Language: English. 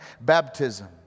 baptism